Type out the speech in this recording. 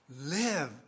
live